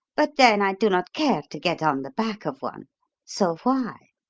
but then i do not care to get on the back of one so why?